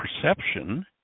perception